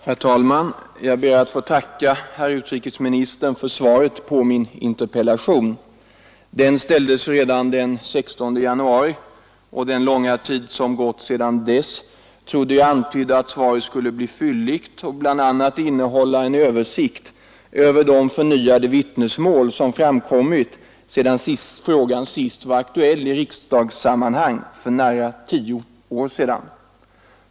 Herr talman! Jag ber att få tacka herr utrikesministern för svaret på min interpellation. Den framställdes den 16 januari, och den långa tid som gått sedan dess trodde jag antydde att svaret skulle bli fylligt och bl.a. innehålla en översikt över de förnyade vittnesmål som framkommit sedan frågan sist var aktuell i riksdagssammanhang för nära tio år sedan.